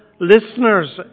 listeners